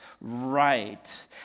right